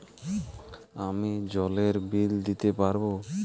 আমি জলের বিল দিতে পারবো?